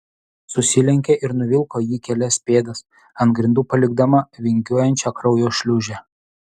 susilenkė ir nuvilko jį kelias pėdas ant grindų palikdama vingiuojančią kraujo šliūžę